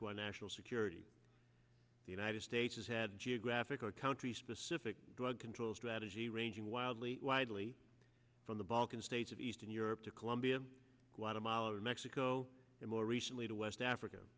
to our national security the united states has had geographical country specific drug control strategy ranging wildly widely from the balkan states of eastern europe to colombia guatemala mexico and more recently to west africa